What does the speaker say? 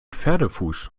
pferdefuß